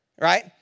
Right